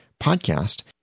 podcast